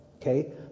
Okay